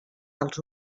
dels